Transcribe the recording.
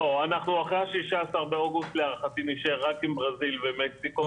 אחרי ה-16 באוגוסט להערכתי נישאר רק עם ברזיל ומקסיקו,